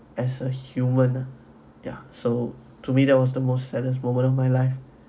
as a human lah ya so to me that was the most saddest moment of my life